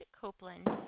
Copeland